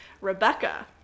Rebecca